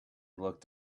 looked